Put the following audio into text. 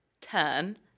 turn